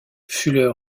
fuller